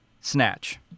Snatch